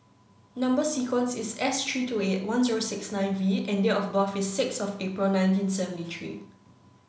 number sequence is S three two eight one zero six nine V and date of birth is six of April nineteen seventy three